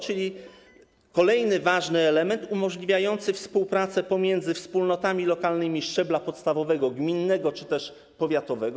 To jest kolejny ważny element umożliwiający współpracę pomiędzy wspólnotami lokalnymi szczebla podstawowego gminnego czy powiatowego.